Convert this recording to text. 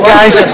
Guys